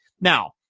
Now